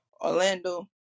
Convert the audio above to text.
Orlando